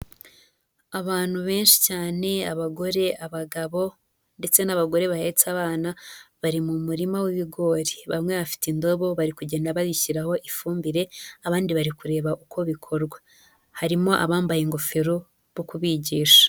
Abantu benshi cyane abagore abagabo ndetse n'abagore bahetse abana bari mu murima w'ibigori, bamwe bafite indobo bari kugenda bayishyiraho ifumbire abandi bari kureba uko bikorwa harimo abambaye ingofero bo kubigisha.